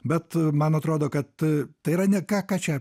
bet man atrodo kad tai yra ne ką ką čia